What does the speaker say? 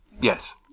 Yes